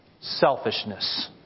Selfishness